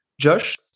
Josh